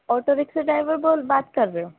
auto rickshaw driver بول بات کر رہے ہو